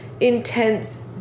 intense